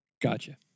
Gotcha